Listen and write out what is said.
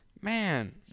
Man